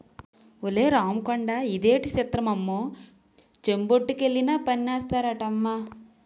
ఒలే రాముకొండా ఇదేటి సిత్రమమ్మో చెంబొట్టుకెళ్లినా పన్నేస్తారటమ్మా